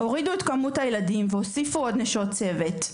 תורידו את כמות הילדים ותוסיפו עוד נשות צוות״.